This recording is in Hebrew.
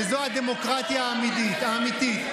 וזו הדמוקרטיה האמיתית.